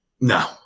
No